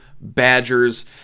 Badgers